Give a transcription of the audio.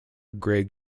greg